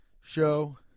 show